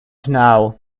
know